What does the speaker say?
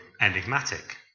enigmatic